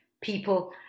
people